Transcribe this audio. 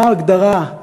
מה ההגדרה,